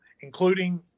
including